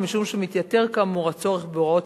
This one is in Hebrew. ומשום שמתייתר כאמור הצורך בהוראות